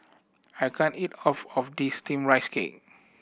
I can't eat of of this Steamed Rice Cake